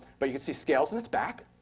but you can see scales on its back,